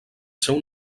seu